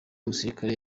musirikare